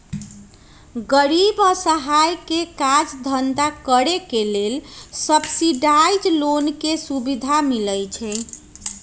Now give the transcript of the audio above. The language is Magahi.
गरीब असहाय के काज धन्धा करेके लेल सब्सिडाइज लोन के सुभिधा मिलइ छइ